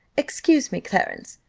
excuse me, clarence,